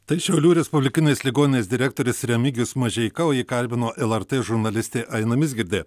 tai šiaulių respublikinės ligoninės direktorius remigijus mažeika o jį kalbino lrt žurnalistė aina mizgirdė